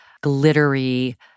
glittery